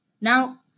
Now